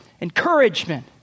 encouragement